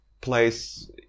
place